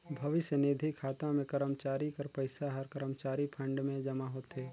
भविस्य निधि खाता में करमचारी कर पइसा हर करमचारी फंड में जमा होथे